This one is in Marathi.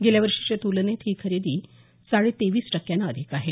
गेल्या वर्षीच्या तुलनेत ही खरेदी साडे तेवीस टक्क्यानं अधिक आहे